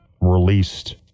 released